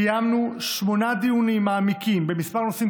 קיימנו שמונה דיונים מעמיקים בכמה נושאים